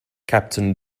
captain